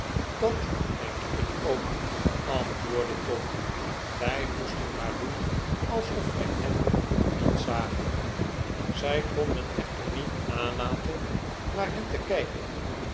dat denk ik ook antwoordde tom wij moesten maar doen alsof wij hen niet zagen zij konden echter niet nalaten naar hen te kijken